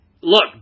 look